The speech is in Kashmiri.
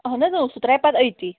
اَہَن حظ سُہ ترٛایہِ پتہٕ أتی